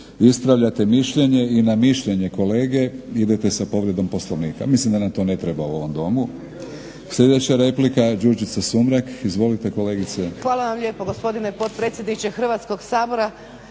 Ispravljate mišljenje i na mišljenje kolege idete sa povredom Poslovnika, mislim da nam to ne treba u ovom Domu. Sljedeća replika Đurđica Sumrak. Izvolite kolegice. **Sumrak, Đurđica (HDZ)** Hvala vam lijepo gospodine potpredsjedniče Hrvatskog sabora.